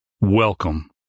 Welcome